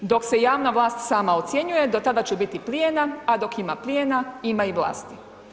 Dok se javna vlast sama ocjenjuje do tada će biti plijena, a dok ima plijena, ima i vlasti.